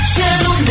Channel